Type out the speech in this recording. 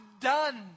done